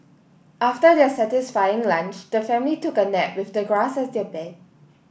after their satisfying lunch the family took a nap with the grass as their bed